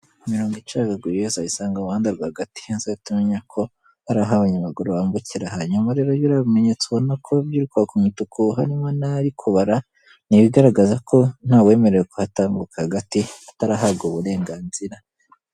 Imirongo icagaguye uzayisanga mu muhanda hagati uzahite umenya ko ari aho abanyamaguru bambukira. Hanyuma rero biriya bimenyetso ubona ko birikwaj umutuku harimo n'amasaha ari kubara ni ibigragaza ko ntawemerewe kuhatambuka hagati atarahabwa uburenganzira.